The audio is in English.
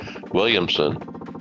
Williamson